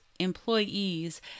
employees